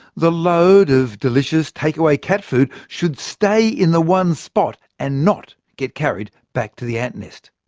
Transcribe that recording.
the load of delicious take-away cat food should stay in the one spot, and not get carried back to the ant nest.